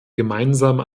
gemeinsame